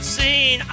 seen